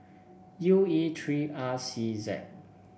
U E three R C Z